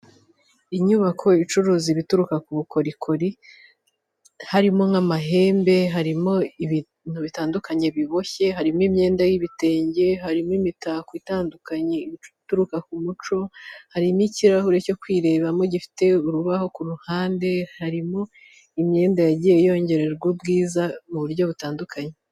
Inyubako icuruza ituruka ku bukorikori harimo nk'amahembe, harimo ibintu bitandukanye biboshye, harimo imyenda yibitenge harimo imitako itandukanye ituruka k'umuco, harimo ikirahure cyo kwirebamo gifite urubaho ku ruhande, harimo imyenda yagiye yongererwa ubwiza mu buryo butandukanye.